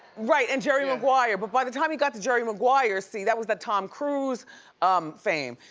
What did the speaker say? right, and jerry maguire but by the time he got to jerry maguire, see, that was the tom cruise um fame.